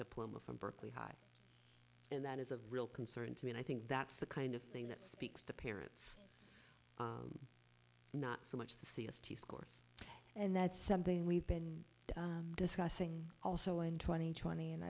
diploma from berkeley high and that is a real concern to me and i think that's the kind of thing that speaks to parents not so much the c s t scores and that's something we've been discussing also in twenty twenty and